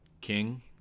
King